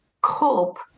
cope